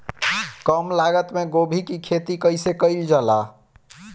कम लागत मे गोभी की खेती कइसे कइल जाला?